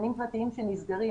גנים פרטיים שנסגרים,